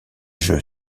jeu